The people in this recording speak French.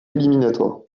éliminatoires